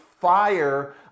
fire